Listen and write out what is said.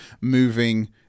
moving